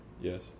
Yes